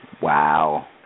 Wow